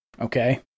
okay